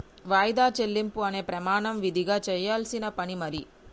వాయిదా చెల్లింపు అనే ప్రమాణం విదిగా చెయ్యాల్సిన పని మరి